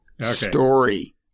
story